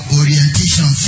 orientation